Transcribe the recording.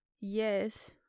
yes